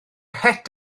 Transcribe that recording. het